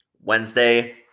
Wednesday